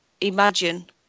Imagine